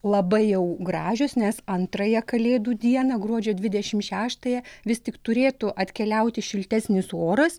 labai jau gražios nes antrąją kalėdų dieną gruodžio dvidešim šeštąją vis tik turėtų atkeliauti šiltesnis oras